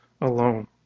alone